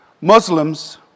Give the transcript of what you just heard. Muslims